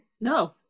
No